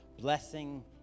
blessing